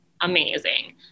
amazing